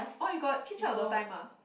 !wah! you got keep track all the time ah